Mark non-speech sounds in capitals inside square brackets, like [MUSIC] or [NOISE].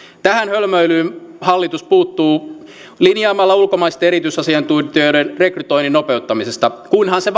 tähän hölmöilyyn hallitus puuttuu linjaamalla ulkomaisten erityisasiantuntijoiden rekrytoinnin nopeuttamisesta kunhan se [UNINTELLIGIBLE]